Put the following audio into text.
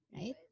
Right